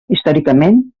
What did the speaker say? històricament